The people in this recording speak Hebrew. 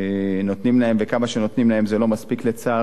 נותנים להם, וכמה שנותנים להם זה לא מספיק, לצערי,